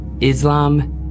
Islam